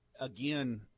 again